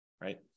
right